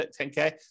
10K